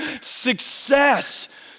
success